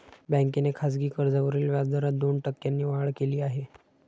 बँकेने खासगी कर्जावरील व्याजदरात दोन टक्क्यांनी वाढ केली आहे